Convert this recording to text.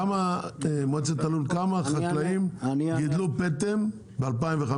מועצת הלול כמה החקלאים גידלו פטם ב-2015?